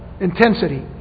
intensity